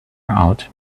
out